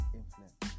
influence